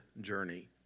journey